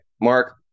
Mark